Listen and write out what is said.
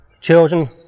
children